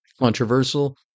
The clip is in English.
controversial